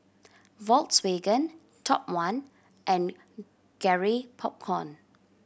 Volkswagen Top One and Garrett Popcorn